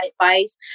advice